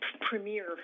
premier